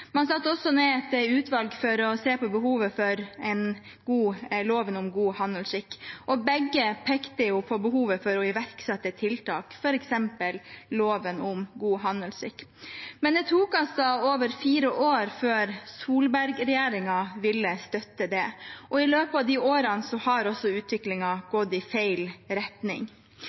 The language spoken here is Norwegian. Man satte også ned et utvalg for å se på behovet for en lov om god handelsskikk. Begge pekte på behovet for å iverksette tiltak, f.eks. loven om god handelsskikk. Men det tok altså over fire år før Solberg-regjeringen ville støtte det, og i løpet av de årene har også utviklingen gått i feil retning.